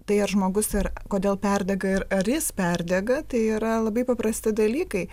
tai ar žmogus ir kodėl perdega ir ar jis perdega tai yra labai paprasti dalykai